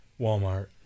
Walmart